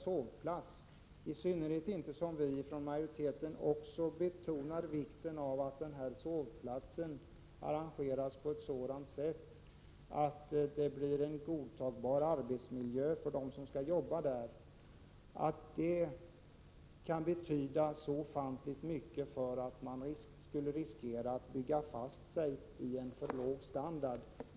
Mot bakgrund av att vi i utskottsmajoriteten betonar vikten av att sovplatsen arrangeras på ett sådant sätt att en godtagbar arbetsmiljö kan skapas för dem som skall arbeta där, kan jag inte inse att denna avskilda sovplats kan vara av så ofantligt stor betydelse att man därmed skulle riskera att så att säga bygga fast sig i en för låg standard.